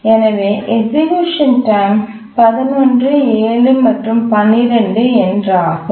எனவே execution time 11 7 மற்றும் 12 என்றாகும்